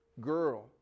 girl